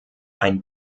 ein